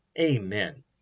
Amen